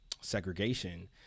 segregation